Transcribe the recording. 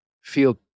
feel